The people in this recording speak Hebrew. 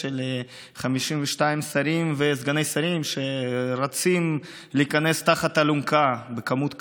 של 52 שרים וסגני שרים שרצים להיכנס תחת האלונקה בכמות כזאת.